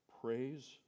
Praise